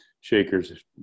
Shakers